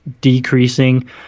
decreasing